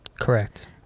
Correct